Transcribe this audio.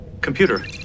computer